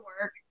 work